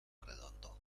redondo